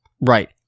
Right